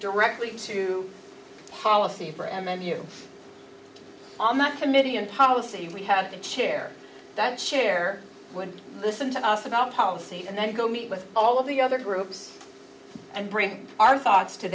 directly to policy for m m u on that committee and policy we have to chair that chair would listen to us about policy and then go meet with all of the other groups and bring our thoughts to